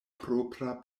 propra